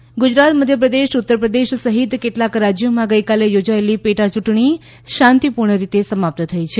પેટા ચૂંટણી ગુજરાત મધ્યપ્રદેશ ઉત્તર પ્રદેશ સહિત કેટલાક રાજ્યોમાં ગઇકાલે યોજાયેલી પેટા ચૂંટણી શાંતિપૂર્ણ રીતે સમાપ્ત થઈ છે